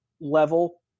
level